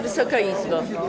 Wysoka Izbo!